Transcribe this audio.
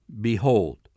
Behold